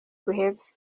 guheze